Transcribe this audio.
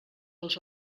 els